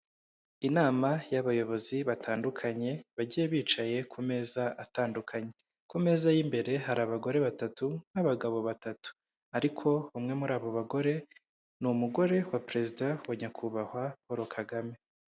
Inama y'abayobozi batandukanye bagiye bicaye ku meza atandukanye. Ku meza y'imbere hari abagore batatu n'abagabo batatu, ariko umwe muri abo bagore ni umugore wa perezida wa nyakubahwa Paul Kagame.